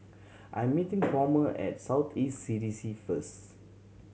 I'm meeting Palmer at South East C D C first